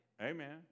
Amen